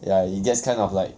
ya it gets kind of like